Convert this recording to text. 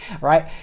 right